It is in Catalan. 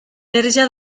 verge